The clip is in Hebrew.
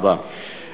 כנראה לא היית,